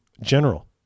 general